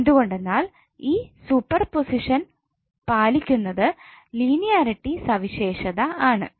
എന്തുകൊണ്ടെന്നാൽ ഈ സൂപ്പർപോസിഷൻ പാലിക്കുന്നത് ലിനേയറിറ്റി സവിശേഷത ആണ്